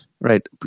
Right